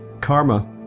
karma